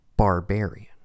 Barbarian